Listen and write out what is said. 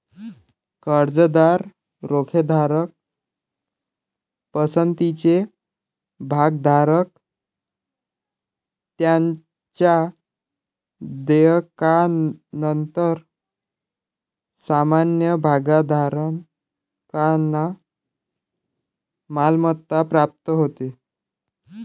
कर्जदार, रोखेधारक, पसंतीचे भागधारक यांच्या देयकानंतर सामान्य भागधारकांना मालमत्ता प्राप्त होते